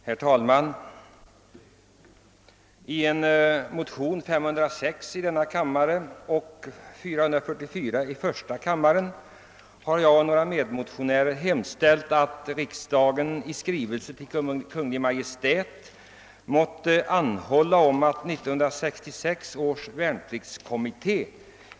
Herr talman! I motionerna I: 506 och II: 444 har jag och några medmotionärer hemställt om att riksdagen i skrivelse till Kungl. Maj:t måtte anhålla om att 1966 års värnpliktskommitté.